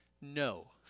No